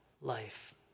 life